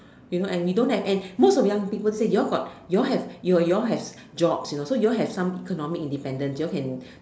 you know and we don't have and most of young people say you're got you're have you're you're have jobs you know so you're have some economics independent you're can